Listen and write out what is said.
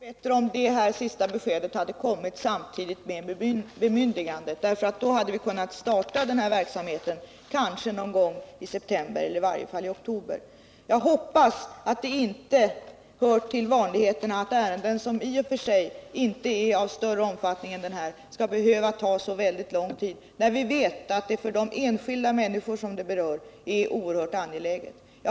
Herr talman! Det hade varit bättre om det här sista beskedet hade kommit samtidigt med bemyndigandet. Då hade vi kanske kunnat starta verksamheten redan någon gång i september eller i varje fall oktober. Jag hoppas att det inte hör till vanligheten att ärenden som i och för sig inte är av större omfattning än detta skall behöva ta så lång tid när vi vet att det för de enskilda människor som berörs är oerhört angeläget att någonting görs.